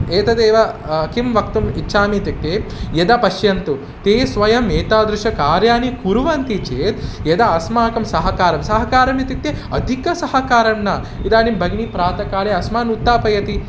एतदेव किं वक्तुम् इच्छामि इत्युक्ते यद् पश्यन्तु ते स्वयम् एतादृशानि कार्याणि कुर्वन्ति चेत् यदा अस्माकं सहकारं सहकारम् इत्युक्ते अधिकं सहकारं न इदानीं भगिनिः प्रातःकाले अस्मान् उत्थापयति